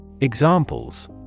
Examples